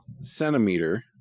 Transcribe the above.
centimeter